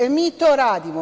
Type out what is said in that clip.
E, mi to radimo.